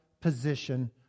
position